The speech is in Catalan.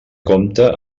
compta